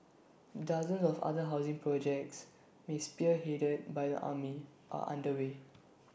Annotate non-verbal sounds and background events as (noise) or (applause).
dozens of other housing projects may spearheaded by the army are underway (noise)